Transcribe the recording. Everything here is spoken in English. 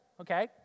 okay